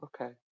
Okay